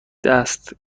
دست